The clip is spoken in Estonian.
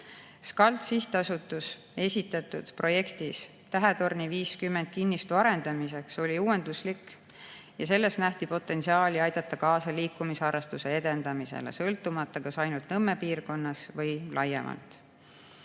SCULT Sihtasutuse esitatud projekt Tähetorni 50 kinnistu arendamiseks oli uuenduslik ja selles nähti potentsiaali aidata kaasa liikumisharrastuse edendamisele, sõltumata, kas ainult Nõmme piirkonnas või laiemalt.